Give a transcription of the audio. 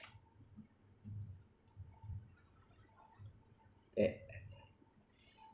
at